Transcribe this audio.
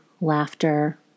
laughter